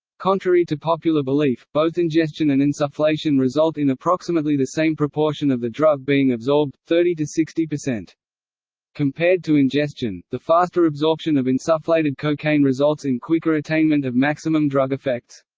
contrary to popular belief, both ingestion and insufflation result in approximately the same proportion of the drug being absorbed thirty to sixty. compared to ingestion, the faster absorption of insufflated cocaine results in quicker attainment of maximum drug effects.